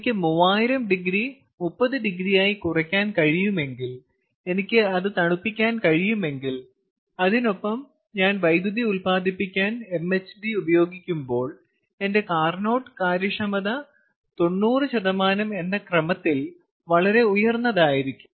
എനിക്ക് 3000 ഡിഗ്രി 30 ഡിഗ്രിയായി കുറയ്ക്കാൻ കഴിയുമെങ്കിൽ എനിക്ക് അത് തണുപ്പിക്കാൻ കഴിയുമെങ്കിൽ അതിനൊപ്പം ഞാൻ വൈദ്യുതി ഉൽപ്പാദിപ്പിക്കാൻ MHD ഉപയോഗിക്കുമ്പോൾ എന്റെ Carnot കാര്യക്ഷമത 90 എന്ന ക്രമത്തിൽ വളരെ ഉയർന്നതായിരിക്കും